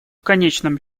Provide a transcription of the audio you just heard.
конечном